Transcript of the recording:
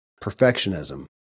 Perfectionism